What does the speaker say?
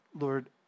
Lord